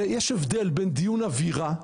זה יש הבדל בין דיון אווירה,